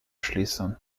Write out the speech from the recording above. schließen